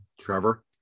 Trevor